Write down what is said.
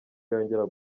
yongera